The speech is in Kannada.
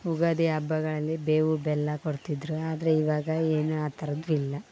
ಯುಗಾದಿ ಹಬ್ಬಗಳಲ್ಲಿ ಬೇವು ಬೆಲ್ಲ ಕೊಡ್ತಿದ್ರು ಆದರೆ ಇವಾಗ ಏನು ಆ ಥರದ್ದು ಇಲ್ಲ